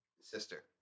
Sister